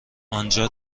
انجا